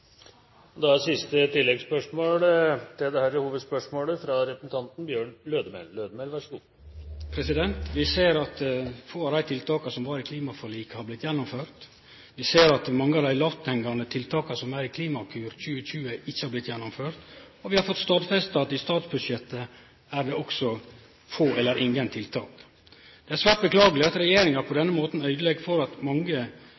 Bjørn Lødemel – til siste oppfølgingsspørsmål. Vi ser at få av dei tiltaka som var i klimaforliket, har blitt gjennomførte. Vi ser at mange av dei lågthengande tiltaka som er i Klimakur 2020, ikkje har blitt gjennomførte, og vi har fått stadfesta at i statsbudsjettet er det få eller ingen tiltak. Det er svært beklageleg at regjeringa på denne måten øydelegg, slik at mange